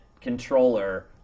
controller